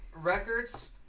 records